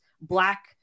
black